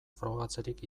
frogatzerik